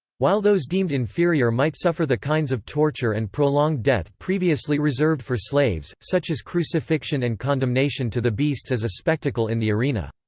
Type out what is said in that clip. while those deemed inferior might suffer the kinds of torture and prolonged death previously reserved for slaves, such as crucifixion and condemnation to the beasts as a spectacle in the arena.